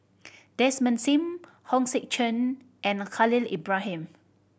Desmond Sim Hong Sek Chern and Khalil Ibrahim